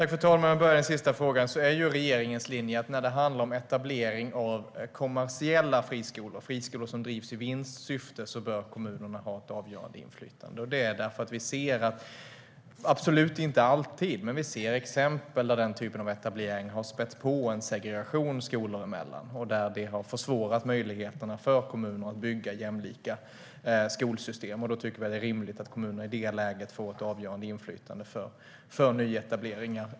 Fru talman! Jag börjar med den sista frågan. Regeringens linje är att vid etablering av kommersiella friskolor, friskolor som drivs i vinstsyfte, bör kommunerna ha ett avgörande inflytande. Det är därför att vi ser, absolut inte alltid, exempel där den typen av etablering har spätt på en segregation skolor emellan, och det har försvårat för kommuner att bygga jämlika skolsystem. Då är det rimligt att kommunerna i det läget får ett avgörande inflytande för nyetableringar.